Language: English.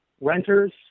renters